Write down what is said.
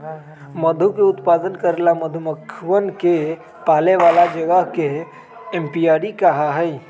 मधु के उत्पादन करे ला मधुमक्खियन के पाले वाला जगह के एपियरी कहा हई